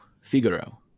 Figaro